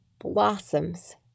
blossoms